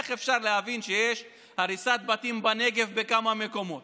איך אפשר להבין שיש הריסת בתים בנגב בכמה מקומות